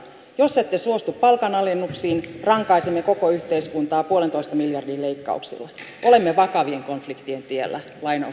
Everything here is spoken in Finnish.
jos ette suostu palkanalennuksiin rankaisemme koko yhteiskuntaa yhden pilkku viiden miljardin leikkauksilla olemme vakavien konfliktien tiellä